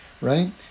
right